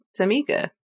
Tamika